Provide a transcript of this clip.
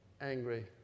angry